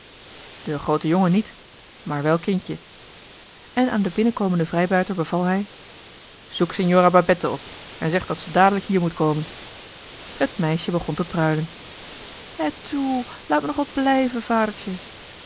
de groote jongen niet maar wel kindje en aan den binnenkomenden vrijbuiter beval hij zoek signora babette op en zeg dat ze dadelijk hier moet komen het meisje begon te pruilen hè toe laat me nog wat blijven vadertje